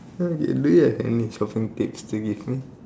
do you have any shopping tips to give me